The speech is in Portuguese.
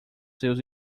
seus